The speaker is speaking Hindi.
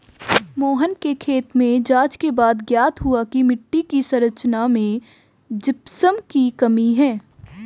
मोहन के खेत में जांच के बाद ज्ञात हुआ की मिट्टी की संरचना में जिप्सम की कमी है